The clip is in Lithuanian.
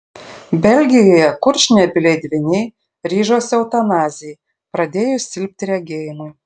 belgijoje kurčnebyliai dvyniai ryžosi eutanazijai pradėjus silpti regėjimui